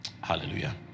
Hallelujah